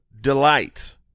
delight